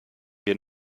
wir